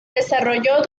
desarrolló